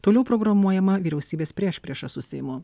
toliau programuojama vyriausybės priešprieša su seimu